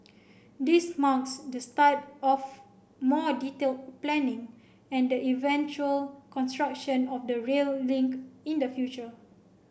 this marks the start of more detailed planning and the eventual construction of the rail link in the future